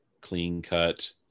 clean-cut